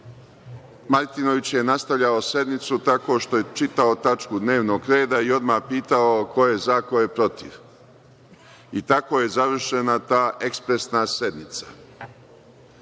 Martinović je nastavljao sednicu tako što je čitao tačku dnevnog reda i odmah pitao ko je za, ko je protiv? I tako je završena ta ekspresna sednica. Pojavila